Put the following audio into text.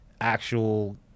actual